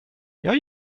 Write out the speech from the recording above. jag